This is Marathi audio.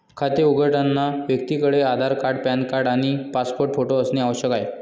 खाते उघडताना व्यक्तीकडे आधार कार्ड, पॅन कार्ड आणि पासपोर्ट फोटो असणे आवश्यक आहे